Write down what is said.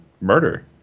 murder